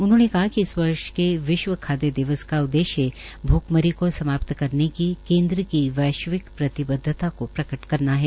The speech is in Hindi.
उन्होंने कहा कि इस वर्ष के विश्व खाद्य दिवस का उद्देश्य भूखमरी को समाप्त करने की केन्द्र की वैश्विक प्रतिबद्धता को प्रकट करना है